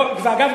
אגב,